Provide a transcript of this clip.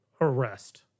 arrest